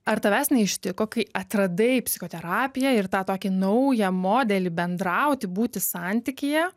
ar tavęs neištiko kai atradai psichoterapiją ir tą tokį naują modelį bendrauti būti santykyje